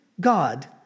God